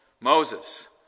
Moses